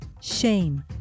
shame